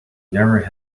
never